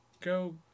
Go